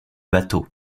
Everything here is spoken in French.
bateau